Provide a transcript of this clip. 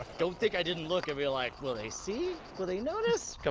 don't think i didn't look and be like, will they see? will they notice? come